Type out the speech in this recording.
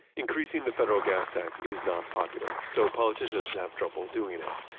increasing the federal gas tax is not popular, so politicians have trouble doing it.